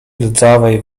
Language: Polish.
rdzawej